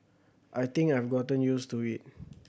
I think I've gotten used to it